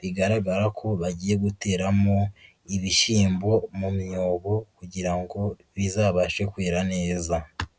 bigaragara ko bagiye guteramo ibishyimbo mu myobo kugira ngo bizabashe kwera neza.